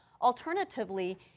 Alternatively